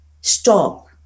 Stop